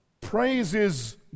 praises